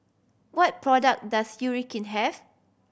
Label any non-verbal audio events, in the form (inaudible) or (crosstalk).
what product does (unintelligible) have